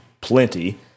Plenty